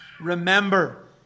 Remember